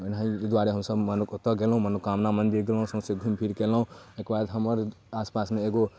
ओहि दुआरे हमसभ ओतऽ गेलहुँ मनोकामना मन्दिर गेलहुँ सौँसे घुमिफिरिके अएलहुँ ओहिके बाद हमर आसपासमे एगो